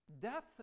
Death